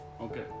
Okay